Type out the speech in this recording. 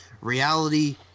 reality